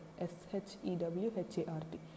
S-H-E-W-H-A-R-T